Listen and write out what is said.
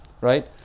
Right